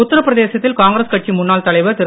உத்தரபிரதேசத்தில் காங்கிரஸ் கட்சி முன்னாள் தலைவர் திரு